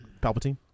Palpatine